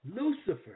Lucifer